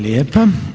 lijepa.